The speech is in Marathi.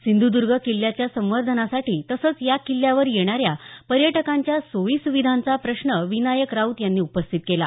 सिंधुदर्ग किल्ल्याच्या संवर्धनासाठी तसंच या किल्ल्यावर येणाऱ्या पर्यटकांच्या सोयीसुविधांचा प्रश्न विनायक राऊत यांनी उपस्थित केला